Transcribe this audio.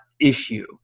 issue